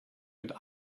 mit